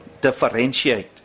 differentiate